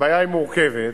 הבעיה מורכבת.